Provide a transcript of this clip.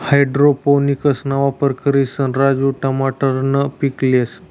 हाइड्रोपोनिक्सना वापर करिसन राजू टमाटरनं पीक लेस